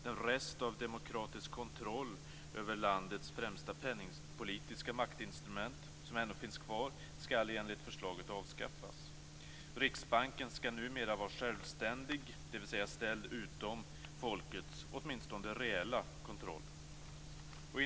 Den rest av demokratisk kontroll över landets främsta penningpolitiska maktinstrument som ännu finns kvar skall enligt förslaget avskaffas. Riksbanken skall numera vara självständig, dvs. ställd utom folkets åtminstone reella kontroll.